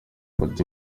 mfata